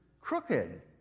crooked